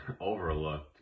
overlooked